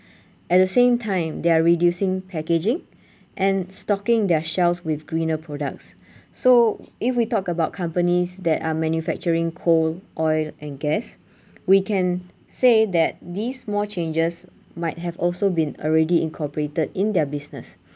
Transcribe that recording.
at the same time they are reducing packaging and stocking their shelves with greener products so if we talk about companies that are manufacturing coal oil and gas we can say that these small changes might have also been already incorporated in their business